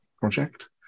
project